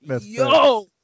Yo